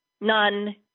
None